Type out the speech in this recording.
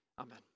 Amen